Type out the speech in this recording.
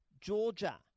Georgia